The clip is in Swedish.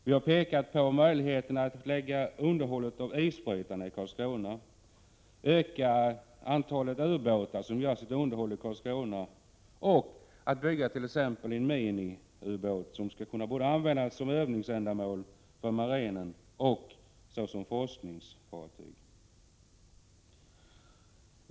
Vi har också pekat på möjligheterna att lägga underhållet av isbrytarna i Karlskrona, att öka antalet ubåtar som får sitt underhåll i Karlskrona och att bygga t.ex. en miniubåt, som skall kunna användas både för övningsändamål av marinen och som forskningsfartyg.